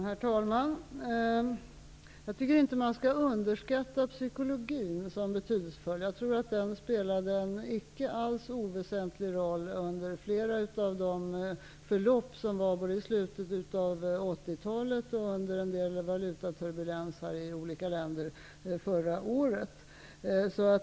Herr talman! Man skall inte underskatta betydelsen av psykologin. Den spelade en icke oväsentlig roll under flera av förloppen under slutet av 80-talet och under en del valutaturbulenser i olika länder förra året.